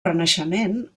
renaixement